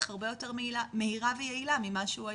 הרבה יותר מהירה ויעלה ממה שהוא היום.